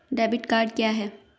Debit card क्या है?